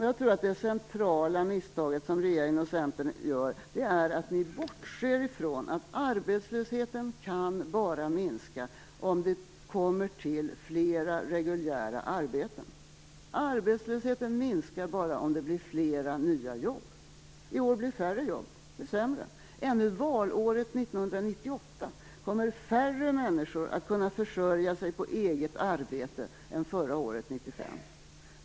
Jag tror att det centrala misstag som regeringen och Centern gör är att de bortser från att arbetslösheten bara kan minska om det kommer till flera reguljära arbeten. Arbetslösheten minskar bara om det blir flera nya jobb. I år blir det färre jobb. Ännu valåret 1998 kommer färre människor att kunna försörja sig på eget arbete än förra året, 1995.